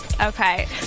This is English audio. Okay